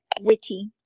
witty